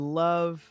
love